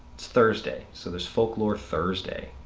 thursday so there's folklore thursday.